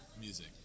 music